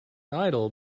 idol